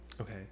Okay